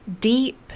deep